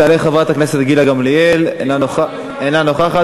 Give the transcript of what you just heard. תעלה חברת הכנסת גילה גמליאל, אינה נוכחת.